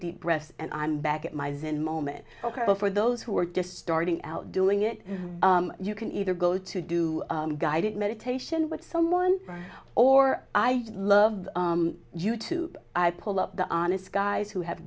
deep breaths and i'm back at my zen moment ok but for those who are just starting out doing it you can either go to do guided meditation with someone or i love you tube i pull up the honest guys who have